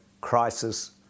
crisis